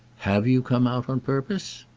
have you come out on purpose?